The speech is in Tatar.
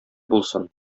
булсын